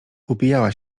upijała